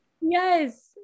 Yes